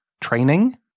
training